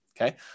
okay